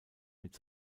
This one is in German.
mit